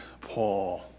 Paul